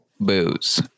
booze